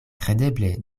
kredeble